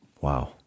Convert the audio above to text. Wow